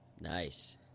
Nice